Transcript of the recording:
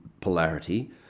polarity